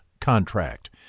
contract